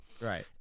Right